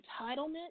entitlement